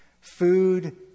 Food